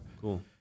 cool